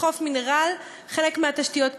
בחוף "מינרל" חלק מהתשתיות קרסו.